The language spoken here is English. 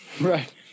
right